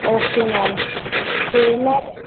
okay ma'am ਅਤੇ ਮੈਂ